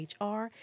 HR